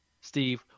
Steve